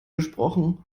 gesprochen